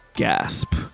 gasp